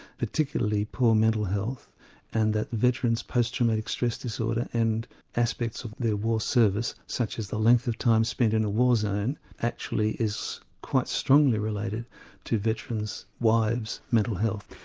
particularly poor mental health and that veterans' post traumatic stress disorder and aspects of their war service such as the length of time spent in a war zone actually is quite strongly related to veterans' wives' mental health.